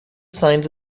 signs